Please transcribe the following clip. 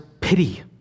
pity